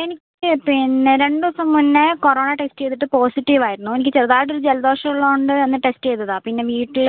എനിക്ക് പിന്നെ രണ്ട് ദിവസം മുന്നേ കൊറോണ ടെസ്റ്റ് ചെയ്തിട്ട് പോസിറ്റീവ് ആയിരുന്നു എനിക്ക് ചെറുതായിട്ട് ഒരു ജലദോഷം ഉള്ളതുകൊണ്ട് അന്ന് ടെസ്റ്റ് ചെയ്തതാണ് പിന്നെ വീട്ടിൽ